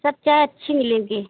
सब चाय अच्छी मिलेगी